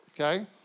okay